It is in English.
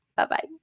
Bye-bye